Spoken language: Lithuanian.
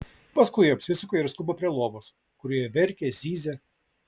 paskui apsisuka ir skuba prie lovos kurioje verkia zyzia